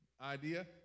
idea